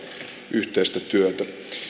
yhteistä työtä